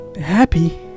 Happy